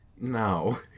No